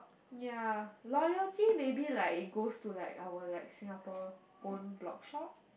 ya loyalty maybe like goes to like our like Singapore own blog shop